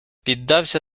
піддався